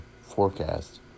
forecast